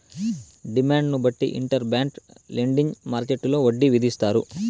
డిమాండ్ను బట్టి interbank lending మార్కెట్టులో వడ్డీ విధిస్తారు